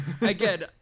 again